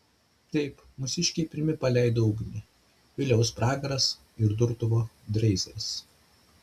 taip mūsiškiai pirmi paleido ugnį viliaus pragaras ir durtuvo dreizeris